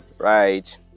right